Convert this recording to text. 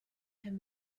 can